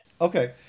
Okay